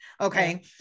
Okay